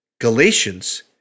Galatians